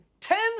tens